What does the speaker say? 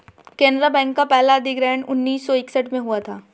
Canara bank का पहला अधिग्रहण उन्नीस सौ इकसठ में हुआ था